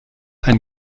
ein